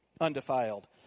Undefiled